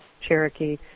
Cherokee